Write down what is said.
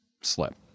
slept